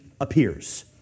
appears